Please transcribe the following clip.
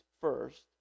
first